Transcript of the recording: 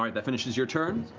um that finishes your turn.